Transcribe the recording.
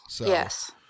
Yes